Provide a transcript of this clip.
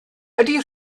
ydy